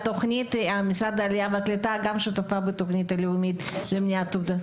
המשרד לעלייה וקליטה גם שותף בתוכנית הלאומית למניעת אובדנות.